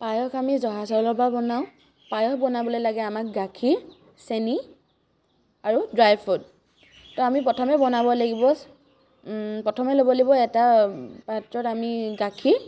পায়স আমি জহা চাউলৰ পৰা বনাওঁ পায়স বনাবলৈ লাগে আমাক গাখীৰ চেনী আৰু ড্ৰাই ফ্ৰুট তো আমি প্ৰথমে বনাব লাগিব প্ৰথমে ল'ব লাগিব এটা পাত্ৰত আমি গাখীৰ